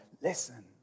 Listen